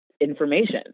information